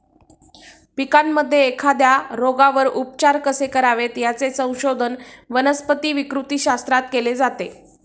पिकांमध्ये एखाद्या रोगावर उपचार कसे करावेत, याचे संशोधन वनस्पती विकृतीशास्त्रात केले जाते